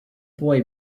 boy